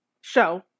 Show